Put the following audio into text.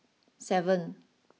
seven